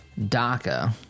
DACA